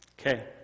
Okay